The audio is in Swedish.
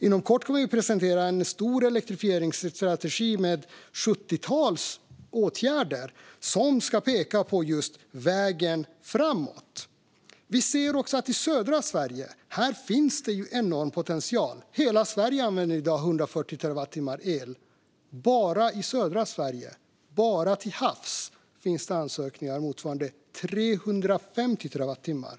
Inom kort kommer vi också att presentera en stor elektrifieringsstrategi med ett sjuttiotal åtgärder som ska peka ut vägen framåt. I södra Sverige finns det enorm potential. Hela Sverige använder i dag 140 terawattimmar el. Bara i södra Sverige, och bara till havs, finns det ansökningar motsvarande 350 terawattimmar.